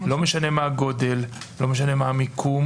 לא משנה מה הגודל, לא משנה מה המיקום